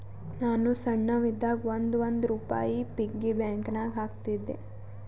ನಾನು ಸಣ್ಣವ್ ಇದ್ದಾಗ್ ಒಂದ್ ಒಂದ್ ರುಪಾಯಿ ಪಿಗ್ಗಿ ಬ್ಯಾಂಕನಾಗ್ ಹಾಕ್ತಿದ್ದೆ